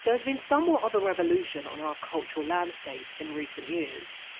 there has been somewhat of a revolution on our cultural landscape in recent years.